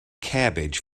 cabbage